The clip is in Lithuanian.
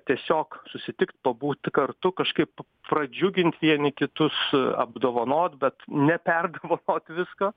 tiesiog susitikt pabūt kartu kažkaip pradžiugint vieni kitus apdovanot bet neperdovanot visko